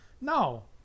no